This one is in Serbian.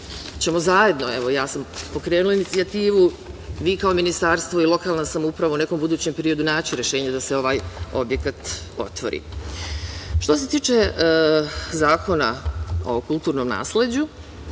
ćemo zajedno. Evo, ja sam pokrenula inicijativu i vi kao ministarstvo i lokalna samouprava u nekom budućem periodu naći rešenje da se ovaj objekat otvori. Što se tiče Zakona o kulturnom nasleđu,